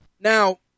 Now